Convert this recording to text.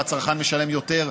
והצרכן משלם יותר.